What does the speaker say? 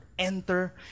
Enter